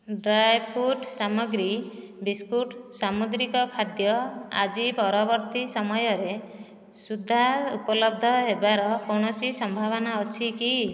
dry fruit ସାମଗ୍ରୀ biscuit ସାମୁଦ୍ରିକ ଖାଦ୍ୟ ଆଜି ପରବର୍ତ୍ତୀ ସମୟରେ ସୁଦ୍ଧା ଉପଲବ୍ଧ ହେବାର କୌଣସି ସମ୍ଭାବନା ଅଛି କି